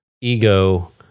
ego